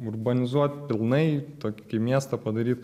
urbanizuot pilnai tokį miestą padaryt